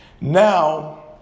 Now